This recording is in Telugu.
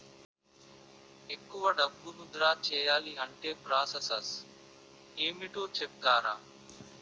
ఎక్కువ డబ్బును ద్రా చేయాలి అంటే ప్రాస సస్ ఏమిటో చెప్తారా?